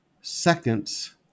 seconds